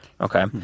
Okay